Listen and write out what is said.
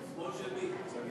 שמאל של מי?